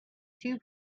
two